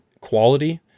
quality